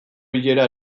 bilera